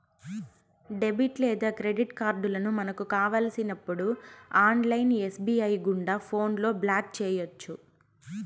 debit లేదా credit కార్డులను మనకు కావలసినప్పుడు ఆన్లైన్ ఎస్.బి.ఐ గుండా ఫోన్లో బ్లాక్ చేయొచ్చు